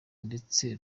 ndetse